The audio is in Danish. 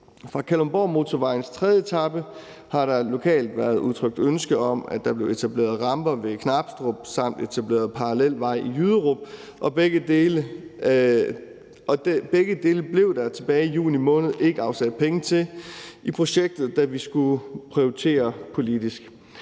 Fra Kalundborgmotorvejens tredje etape har der lokalt været udtrykt ønske om, at der blev etableret ramper ved Knabstrup samt etableret parallelvej i Jyderup, og begge dele blev der tilbage i juni måned ikke afsat penge til i projektet, da vi skulle prioritere politisk.